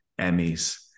Emmys